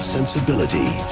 Sensibility